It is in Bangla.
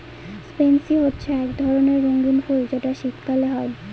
পেনসি হচ্ছে এক ধরণের রঙ্গীন ফুল যেটা শীতকালে হয়